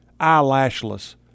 eyelashless